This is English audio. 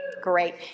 Great